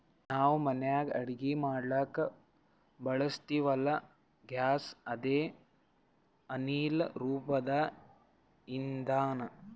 ನಾವ್ ಮನ್ಯಾಗ್ ಅಡಗಿ ಮಾಡ್ಲಕ್ಕ್ ಬಳಸ್ತೀವಲ್ಲ, ಗ್ಯಾಸ್ ಅದೇ ಅನಿಲ್ ರೂಪದ್ ಇಂಧನಾ